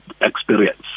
experience